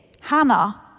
Hannah